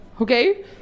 okay